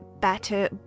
better